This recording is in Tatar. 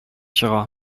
чыга